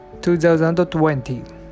2020